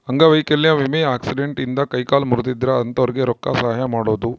ಅಂಗವೈಕಲ್ಯ ವಿಮೆ ಆಕ್ಸಿಡೆಂಟ್ ಇಂದ ಕೈ ಕಾಲು ಮುರ್ದಿದ್ರೆ ಅಂತೊರ್ಗೆ ರೊಕ್ಕ ಸಹಾಯ ಮಾಡೋದು